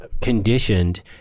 conditioned